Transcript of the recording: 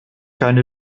keine